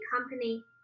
company